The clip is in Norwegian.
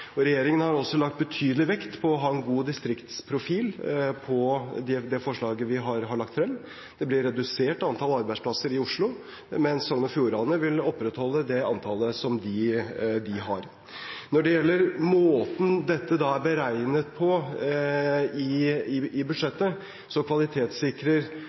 Regjeringen har også lagt betydelig vekt på å ha en god distriktsprofil på det forslaget vi har lagt frem. Antall arbeidsplasser i Oslo blir redusert, mens Sogn og Fjordane vil opprettholde det antallet som de har. Når det gjelder måten dette er beregnet på i budsjettet, kvalitetssikrer både Finansdepartementet og mitt departement gjerne de opplysningene som er kommet frem i